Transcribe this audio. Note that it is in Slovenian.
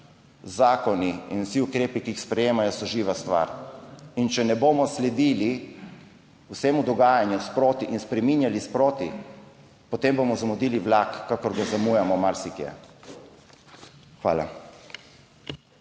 zakoni in vsi ukrepi, ki jih sprejemajo, so živa stvar in če ne bomo sledili vsemu dogajanju sproti in spreminjali sproti, potem bomo zamudili vlak, kakor ga zamujamo marsikje. Hvala.